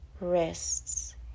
wrists